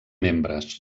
membres